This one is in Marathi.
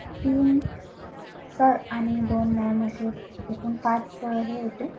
तीन सर आणि दोन मॅम असे एकूण पाच हे होते